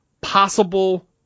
possible